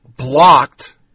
Blocked